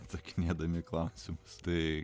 atsakinėdami į klausimus tai